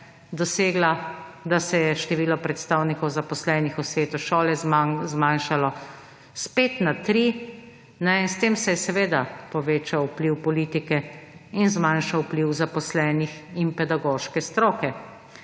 dosegla, da se je število predstavnikov zaposlenih v svetu šole zmanjšalo s 5 na 3 in s tem se je seveda povečal vpliv politike in zmanjšal vpliv zaposlenih in pedagoške stroke.